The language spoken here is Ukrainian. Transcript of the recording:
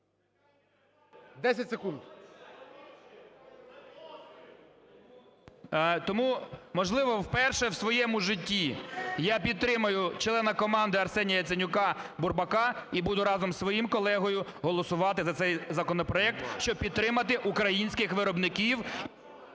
КАПЛІН С.М. Тому, можливо, вперше в своєму житті я підтримаю члена команди Арсенія Яценюка Бурбака і буду разом з своїм колегою голосувати за цей законопроект, щоб підтримати українських виробників.